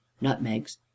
nutmegs